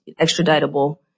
extraditable